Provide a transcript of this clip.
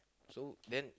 so then